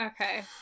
Okay